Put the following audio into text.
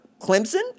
Clemson